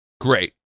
Great